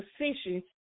position